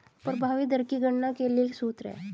प्रभावी दर की गणना के लिए एक सूत्र है